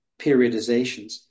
periodizations